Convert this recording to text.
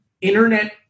internet